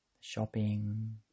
shopping